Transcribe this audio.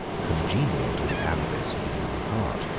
congenial to the avarice of the human heart,